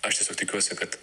aš tiesiog tikiuosi kad